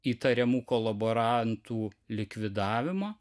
įtariamų kolaborantų likvidavimą